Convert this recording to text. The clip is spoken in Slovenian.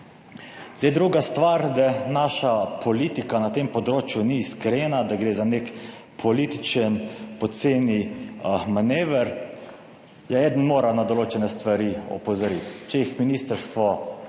Druga stvar, da naša politika na tem področju ni iskrena, da gre za nek političen poceni manever, ja eden mora na določene stvari opozoriti, če jih na ministrstvu